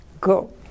go